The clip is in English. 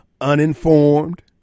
uninformed